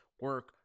Work